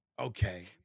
Okay